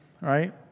Right